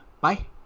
Bye